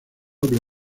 doble